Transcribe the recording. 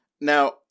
Now